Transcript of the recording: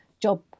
job